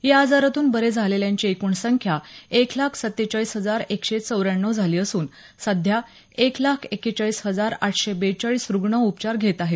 या आजारातून बरे झालेल्यांची एकूण संख्या एक लाख सत्तेचाळीस हजार एकशे चौऱ्याण्णव झाली असून सध्या एक लाख एक्केचाळीस हजार आठशे बेचाळीस रुग्ण उपचार घेत आहेत